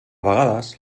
vegades